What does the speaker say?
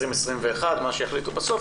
מה שיוחלט בסוף,